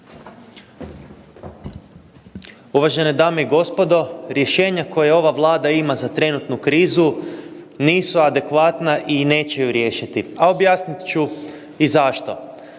Uvažene dame i gospodo. Rješenja koja ova Vlada ima za trenutnu krizu nisu adekvatna i neće ju riješiti, a objasnit ću i zašto.